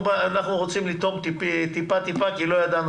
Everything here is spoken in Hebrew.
אנחנו רוצים לטעום טיפה טיפה כי לא ידענו